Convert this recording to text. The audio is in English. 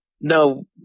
no